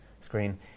screen